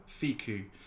Fiku